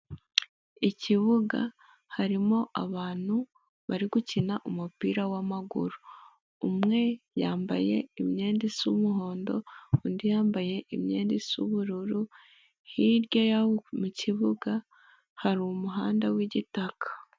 Ikibuga harimo abantu bari gukina umupira w'amaguru, umwe yambaye imyenda isa umuhondo undi yambaye imyenda isa ubururu, hirya yabo mu kibuga hari umuhanda w'igitaka.